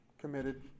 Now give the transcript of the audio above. committed